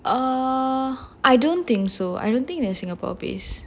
ugh I don't think so I don't think that it is singapore based